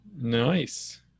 Nice